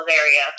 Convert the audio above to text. area